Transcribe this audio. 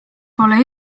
pole